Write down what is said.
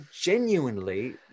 genuinely